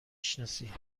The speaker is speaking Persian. شناسی